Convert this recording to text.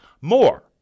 more